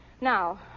Now